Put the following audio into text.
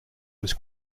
was